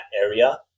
area